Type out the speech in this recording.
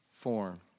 form